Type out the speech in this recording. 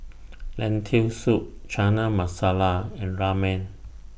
Lentil Soup Chana Masala and Ramen